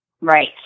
Right